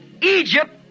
Egypt